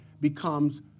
becomes